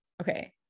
Okay